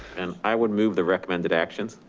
and i would move the recommended actions.